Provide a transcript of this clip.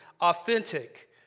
authentic